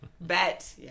bet